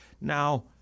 Now